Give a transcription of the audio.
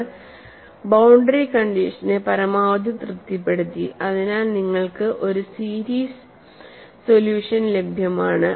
അവ ബൌണ്ടറി കണ്ടീഷനെ പരമാവധി തൃപ്തിപ്പെടുത്തി അതിനാൽ നിങ്ങൾക്ക് ഒരു സീരീസ് സൊല്യൂഷൻ ലഭ്യമാണ്